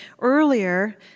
earlier